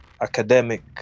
academic